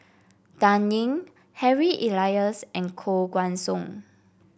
Dan Ying Harry Elias and Koh Guan Song